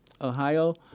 Ohio